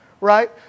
right